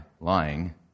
lying